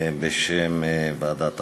בשם ועדת החוקה.